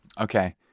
Okay